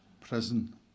prison